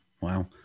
wow